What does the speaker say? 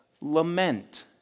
lament